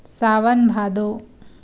सावन भादो